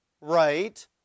right